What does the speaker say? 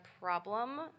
problem